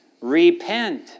Repent